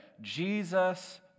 Jesus